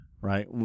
right